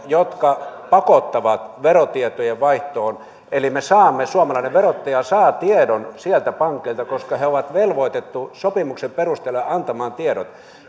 jotka pakottavat verotietojen vaihtoon eli me saamme suomalainen verottaja saa tiedon sieltä pankeilta koska ne ovat velvoitettuja sopimuksen perusteella antamaan tiedot